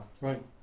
right